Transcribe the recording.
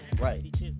Right